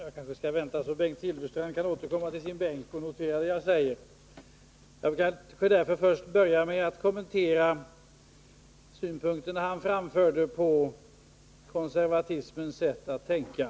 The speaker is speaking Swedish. Herr talman! Jag vill börja med att kommentera de synpunkter Bengt Silfverstrand framförde om konservatismens sätt att tänka.